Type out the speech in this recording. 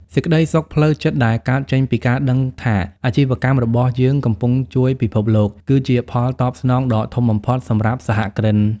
សេចក្ដីសុខផ្លូវចិត្តដែលកើតចេញពីការដឹងថា អាជីវកម្មរបស់យើងកំពុងជួយពិភពលោក គឺជាផលតបស្នងដ៏ធំបំផុតសម្រាប់សហគ្រិន។